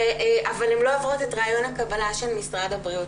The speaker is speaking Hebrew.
אבל הן לא עוברות את ריאיון הקבלה של משרד הבריאות,